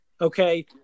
Okay